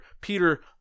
Peter